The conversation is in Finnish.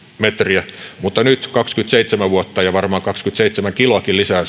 metriä mutta nyt kaksikymmentäseitsemän vuotta ja varmaan kahdenkymmenenseitsemän kiloakin lisää